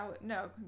No